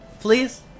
please